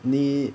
你